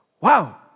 Wow